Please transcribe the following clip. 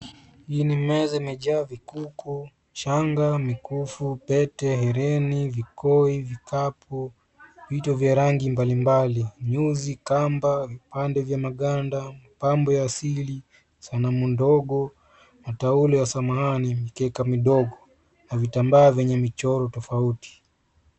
Hii ni meza imejaa vikuku, shanga, mikufu, pete, hereni, vikoi, vikapu, vito vya rangi mbalimbali, nyuzi, kamba, vipande vya maganda, pambo ya asili, sanamu ndogo, mataulo ya samani, mikeka midogo na vitambaa vyenye michoro tofauti.